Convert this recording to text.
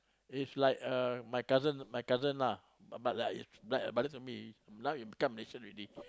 if like uh my cousin my cousin lah but but like like brother to me now he become Malaysian already